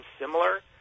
similar